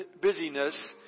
busyness